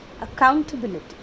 accountability